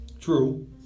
True